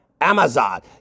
Amazon